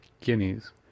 Guineas